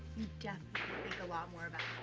you definitely think a lot more about